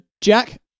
Jack